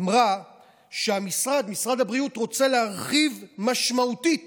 אמרה שמשרד הבריאות רוצה להרחיב משמעותית